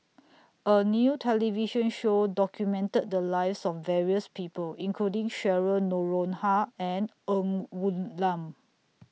A New television Show documented The Lives of various People including Cheryl Noronha and Ng Woon Lam